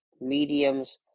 mediums